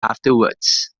afterwards